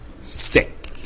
sick